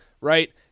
right